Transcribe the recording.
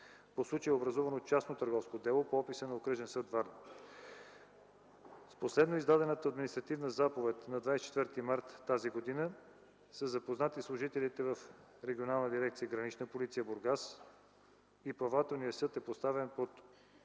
По случая е образувано частно търговско дело по описа на Окръжен съд – Варна. С последно издадената административна заповед на 24 март т.г. са запознати служителите в Регионална дирекция „Гранична полиция” – Бургас, и плавателният съд е поставен под